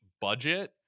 budget